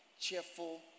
cheerful